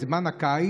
את זמן הקיץ,